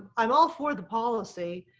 i'm all for the policy.